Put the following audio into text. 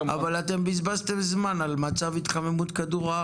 ובגלל זה אנחנו נמצאים בשיתוף פעולה עם משרד הפנים,